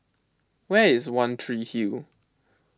where is one Tree Hill